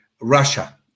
Russia